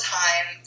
time